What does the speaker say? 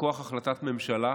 מכוח החלטת ממשלה,